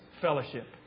fellowship